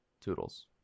Toodles